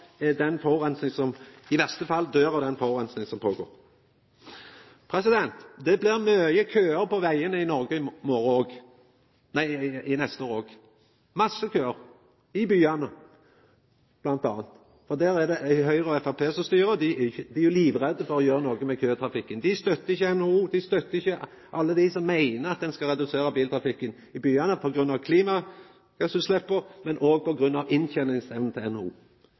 av den forureininga som skjer. Det blir mykje køar på vegane i Noreg i neste år òg – masse køar i byane bl.a., for der er det Høgre og Framstegspartiet som styrer, og dei er livredde for å gjera noko med køtrafikken. Dei støttar ikkje NHO. Dei støttar ikkje alle dei som meiner at ein skal redusera biltrafikken i byane på grunn av klimagassutsleppa, men òg på grunn av innteningsevna til NHO. Høgre og